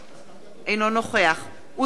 אינו נוכח עוזי לנדאו,